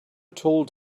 told